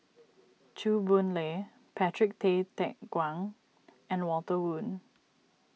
Chew Boon Lay Patrick Tay Teck Guan and Walter Woon